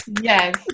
Yes